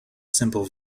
simple